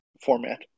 format